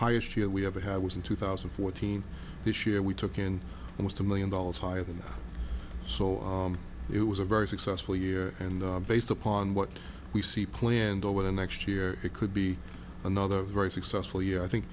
highest year we have had was in two thousand and fourteen this year we took in almost a million dollars higher than that so it was a very successful year and based upon what we see planned over the next year it could be another very successfully i think